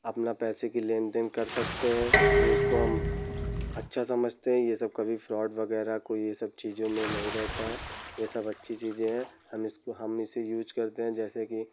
अपना पैसे की लेन देन कर सकते हैं ये इसको हम अच्छा समझते हैं ये सब कभी फ्रॉड वगैरह कोई ये सब चीज़ों में नहीं रहता है ये सब अच्छी चीज़ें है हम इसको हम इसे यूच करते हैं जैसे कि